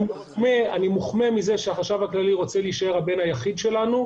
מחמיא שהחשב הכללי רוצה להישאר הבן היחיד שלנו.